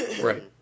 Right